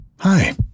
Hi